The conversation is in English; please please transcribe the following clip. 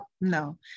no